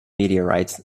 meteorites